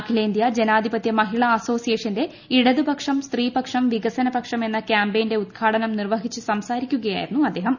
അഖിലേന്ത്യാ ജനാധിപത്യ മഹിളാ അസ്സോസിയേഷന്റെ ഇടതുപക്ഷം സ്ത്രീ പക്ഷം വികസന പക്ഷം എന്ന ക്യാംപെയിനിന്റെ ഉദ്ഘാടനം നിർവ്വഹിച്ചു സംസാരിക്കുകയായിരുന്നു അദ്ദേഹം